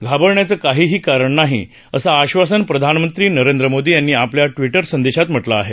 घाबरण्याचं काहीही कारण नाही असं आश्वासन प्रधानमंत्री नरेंद्र मोदी यांनी आपल्या ट्विटर संदेशात म्हटलं आहे